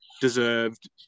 deserved